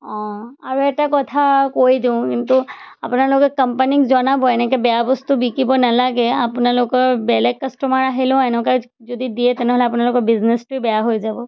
অঁ আৰু এটা কথা কৈ দিওঁ কিন্তু আপোনালোকে কোম্পানীক জনাব এনেকৈ বেয়া বস্তু বিকিব নালাগে আপোনালোকৰ বেলেগ কাষ্টমাৰ আহিলেও এনেকুৱা যদি দিয়ে তেনেহ'লে আপোনালোকৰ বিজনেচটোৱে বেয়া হৈ যাব